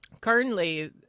Currently